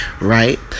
Right